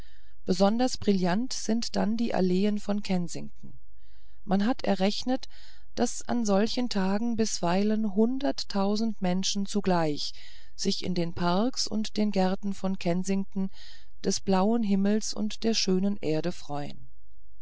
besonders brillant sind dann die alleen von kensington man hat berechnet daß an solchen tagen bisweilen hunderttausend menschen zugleich sich in den parks und den gärten von kensington des blauen himmels und der schönen erde freuen